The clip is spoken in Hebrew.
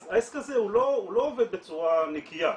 אז העסק הזה לא עובד בצורה נקיה.